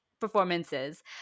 performances